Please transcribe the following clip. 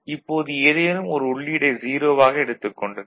இப்போது ஏதேனும் ஒரு உள்ளீடை 0 ஆக எடுத்துக் கொள்ளுங்கள்